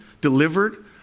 delivered